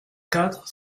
quatre